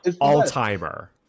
all-timer